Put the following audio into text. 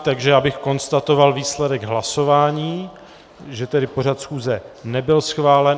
Takže bych konstatoval výsledek hlasování, že tedy pořad schůze nebyl schválen.